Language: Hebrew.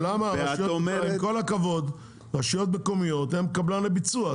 עם כל הכבוד, רשויות מקומיות הן קבלן הביצוע.